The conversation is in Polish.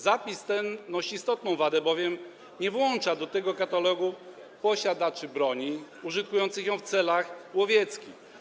Zapis ten ma istotną wadę, bowiem nie włącza do tego katalogu posiadaczy broni użytkujących ją w celach łowieckich.